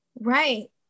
right